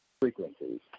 frequencies